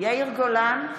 יאיר גולן,